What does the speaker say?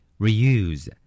Reuse